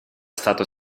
stato